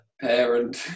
parent